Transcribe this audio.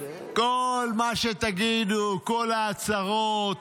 כל מה שתגידו, כל ההצהרות,